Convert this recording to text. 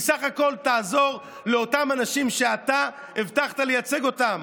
היא בסך הכול תעזור לאותם אנשים שאתה הבטחת לייצג אותם.